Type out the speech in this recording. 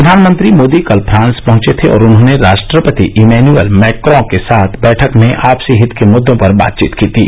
प्रधानमंत्री मोदी कल फ्रांस पहंचे थे और उन्होंने राष्ट्रपति इमैन्युअल मैक्रॉ के साथ बैठक में आपसी हित के मुद्दों पर बातचीत की थी